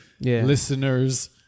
listeners